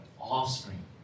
offspring